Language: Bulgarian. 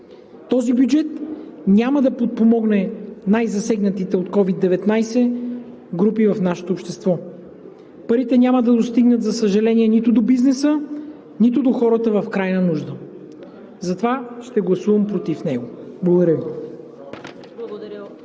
Този бюджет няма да подпомогне на най-засегнатите от COVID-19 групи в нашето общество. За съжаление, парите няма да достигнат нито до бизнеса, нито до хората в крайна нужда и затова ще гласувам против него. Благодаря Ви.